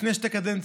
לפני שתי קדנציות,